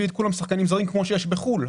את כולם שחקנים זרים כמו שיש בחו"ל.